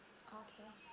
okay